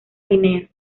guinea